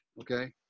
Okay